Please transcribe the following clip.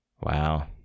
wow